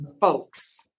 folks